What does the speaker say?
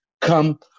come